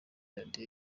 radio